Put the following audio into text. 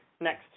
next